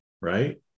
right